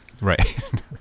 right